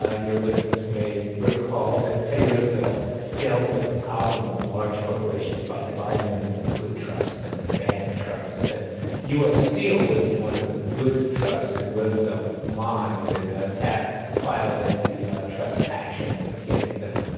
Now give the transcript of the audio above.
ah your listeners may recall that teddy roosevelt dealt with the problem of large corporations by dividing them into good trusts and bad trusts. and u. s. steel was one of the good trusts in roosevelt's mind and a taft filed anti-trust action against them.